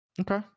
Okay